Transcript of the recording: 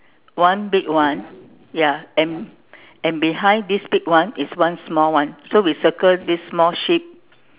one big one ya and and behind this big one is one small one so we circle this small sheep